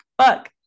fuck